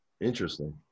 Interesting